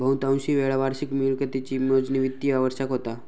बहुतांशी वेळा वार्षिक मिळकतीची मोजणी वित्तिय वर्षाक होता